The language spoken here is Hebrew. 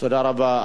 תודה רבה.